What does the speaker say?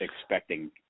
expecting